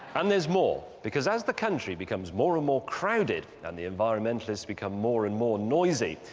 and there's more, because as the country becomes more and more crowded and the environmentalists become more and more noisy,